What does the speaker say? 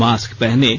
mask पहनें